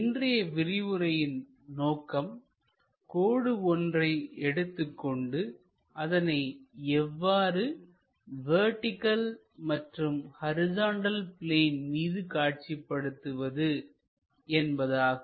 இன்றைய விரிவுரையின் நோக்கம் கோடு ஒன்றை எடுத்துக்கொண்டுஅதனை எவ்வாறு வெர்டிகள் மற்றும் ஹரிசாண்டல் பிளேன் மீது காட்சிப்படுத்துவது என்பதாகும்